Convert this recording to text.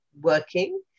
working